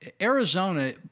Arizona